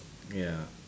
ya